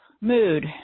mood